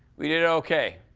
we did okay.